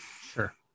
Sure